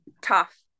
Tough